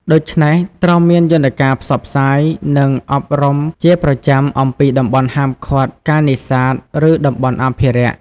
ដូច្នេះ ត្រូវមានយន្តការផ្សព្វផ្សាយ និងអប់រំជាប្រចាំអំពី តំបន់ហាមឃាត់ការនេសាទ ឬតំបន់អភិរក្ស។